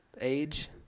age